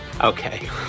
Okay